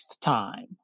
time